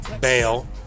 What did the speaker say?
bail